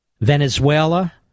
Venezuela